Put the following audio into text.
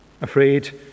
Afraid